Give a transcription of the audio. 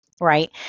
right